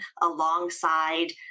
alongside